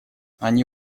они